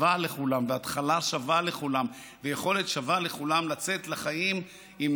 התחלה שווה לכולם ויכולת שווה לכולם לצאת לחיים עם